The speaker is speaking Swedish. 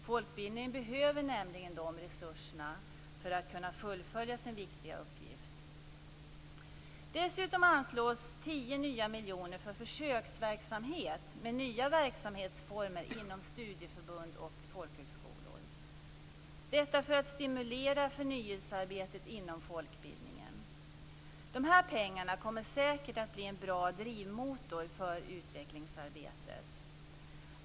Folkbildningen behöver nämligen de resurserna för att fullfölja sin viktiga uppgift. Dessutom anslås 10 miljoner för försöksverksamhet med nya verksamhetsformer inom studieförbund och vid folkhögskolor, detta för att stimulera förnyelsearbetet inom folkbildningen. Dessa pengar kommer säkert att bli en bra drivmotor för utvecklingsarbetet.